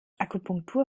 akupunktur